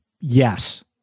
Yes